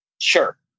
sure